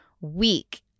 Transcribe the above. week